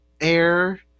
air